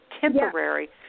temporary